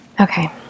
Okay